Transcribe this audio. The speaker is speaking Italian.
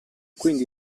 quindi